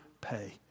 pay